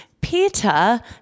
Peter